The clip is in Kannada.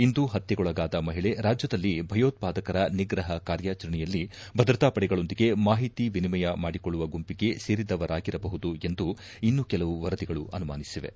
ಇಂದು ಹತ್ತೆಗೊಳಗಾದ ಮಹಿಳೆ ರಾಜ್ಯದಲ್ಲಿ ಭಯೋತ್ವಾದಕರ ನಿಗ್ರಹ ಕಾರ್ಯಾಚರಣೆಯಲ್ಲಿ ಭದ್ರತಾ ಪಡೆಗಳೊಂದಿಗೆ ಮಾಹಿತಿ ವಿನಿಮಯ ಮಾಡಿಕೊಳ್ಳುವ ಗುಂಪಿಗೆ ಸೇರಿದವರಾಗಿರಬಹುದು ಎಂದು ಇನ್ನು ಕೆಲವು ವರದಿಗಳು ಅನುಮಾನಿಸಿವೆ